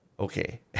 Okay